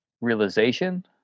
realization